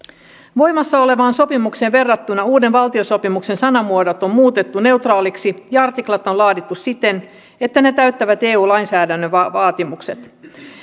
voimassa olevaan sopimukseen verrattuna uuden valtiosopimuksen sanamuodot on muutettu neutraaliksi ja artiklat on on laadittu siten että ne täyttävät eu lainsäädännön vaatimukset